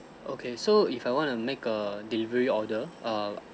okay so if I want to make a delivery order err